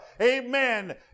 Amen